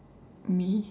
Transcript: me